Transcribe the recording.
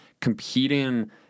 competing